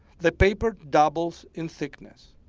the paper doubles in thickness.